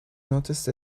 noticed